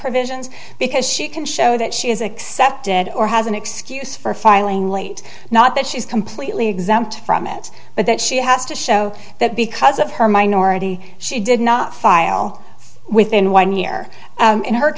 provisions because she can show that she is accepted or has an excuse for filing late not that she's completely exempt from it but that she has to show that because of her minority she did not file within one year in her